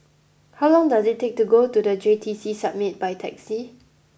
how long does it take to get to the J T C Summit by taxi